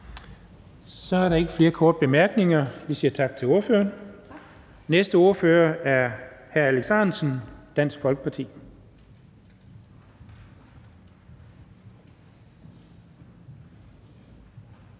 Så er der ikke flere korte bemærkninger. Vi siger tak til ordføreren. Næste ordfører er hr. Alex Ahrendtsen, Dansk Folkeparti.